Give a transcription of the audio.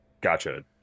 Gotcha